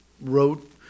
wrote